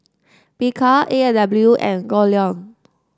Bika A and W and Goldlion